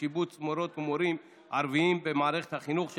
ושיבוץ מורות ומורים ערבים במערכת החינוך,